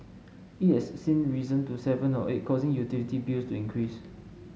it has since risen to seven or eight causing utility bills to increase